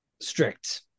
strict